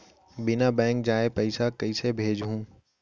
बिना बैंक जाए पइसा कइसे भेजहूँ?